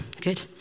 good